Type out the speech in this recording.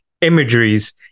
imageries